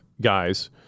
guys